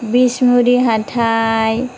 बिसमुरि हाथाइ